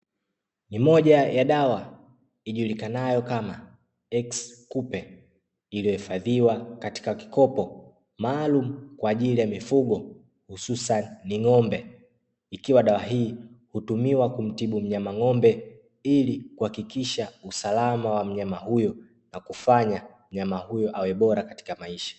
Ni moja ya dawa ijulikanayo kama "x kupe" iliyohifadhiwa katika kikopo maalumu kwa ajili ya mifugo hususani ni ng'ombe; ikiwa dawa hii hutumiwa kumtibu mnyama ng'ombe, ili kuhakikisha usalama wa mnyama huyo na kufanya mnyama huyu awe bora katika maisha.